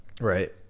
Right